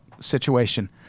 situation